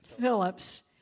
Phillips